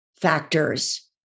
factors